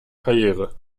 karriere